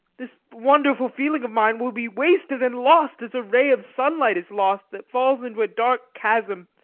this wonderful feeling of mine will be wasted and lost as a ray of sunlight is lost that falls into a dark chasm,